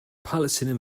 palestinian